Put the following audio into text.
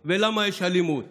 חבריי חברי הכנסת,